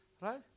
Right